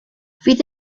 fydd